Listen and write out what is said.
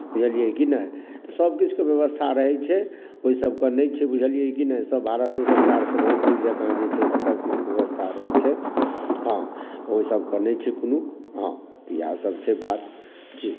बुझलियै की नहि तऽ सभकिछुके व्यवस्था रहैत छै ओहिसभके नहि छै बुझलियै की नै सभ भारतो सरकारसँ बहुत नीक जँका जे छै से सभकिछुके व्यवस्था रहै छै हँ ओहि सभके नहि छै कोनो हँ तऽ इएहसभ छै बात